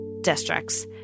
districts